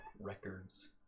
records